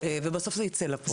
וזה בסוף ייצא לפועל.